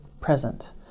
present